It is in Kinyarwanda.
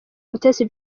mutesi